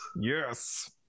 yes